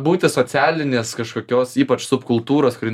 būti socialinės kažkokios ypač subkultūros kuri